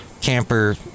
camper